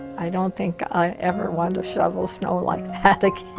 i don't think i ever want to shovel snow like that like and